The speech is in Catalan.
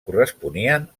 corresponien